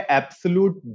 absolute